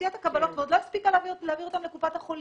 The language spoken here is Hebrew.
הוציאה את הקבלות ועוד לא הספיקה להעביר אותן לקופת החולים,